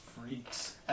freaks